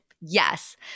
Yes